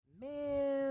man